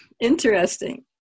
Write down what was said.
interesting